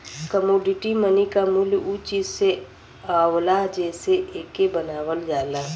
commodity money क मूल्य उ चीज से आवला जेसे एके बनावल जाला